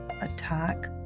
attack